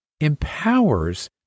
empowers